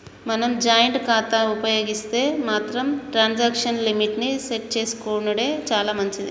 మనం జాయింట్ ఖాతాను ఉపయోగిస్తే మాత్రం ట్రాన్సాక్షన్ లిమిట్ ని సెట్ చేసుకునెడు చాలా మంచిది